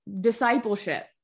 discipleship